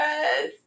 Yes